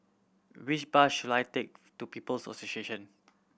which bus should I take to People Association